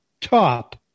top